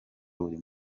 buri